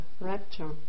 rapture